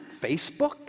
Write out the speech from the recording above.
Facebook